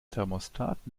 thermostat